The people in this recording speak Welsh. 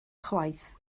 chwaith